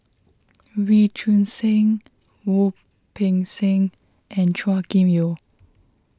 Wee Choon Seng Wu Peng Seng and Chua Kim Yeow